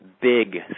big